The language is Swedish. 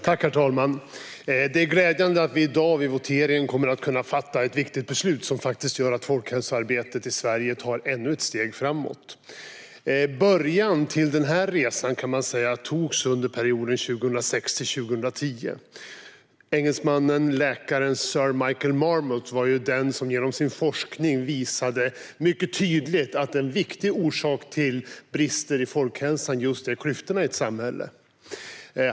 Herr talman! Det är glädjande att vi i dag vid voteringen kommer att kunna fatta ett viktigt beslut som gör att folkhälsoarbetet i Sverige tar ännu ett steg framåt. Början till denna resa togs under perioden 2006-2010. Den engelske läkaren sir Michael Marmot var den som genom sin forskning mycket tydligt visade att klyftorna i ett samhälle är en viktig orsak till brister i folkhälsan.